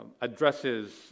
addresses